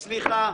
לגיטימית.